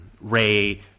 Ray